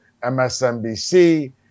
MSNBC